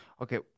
Okay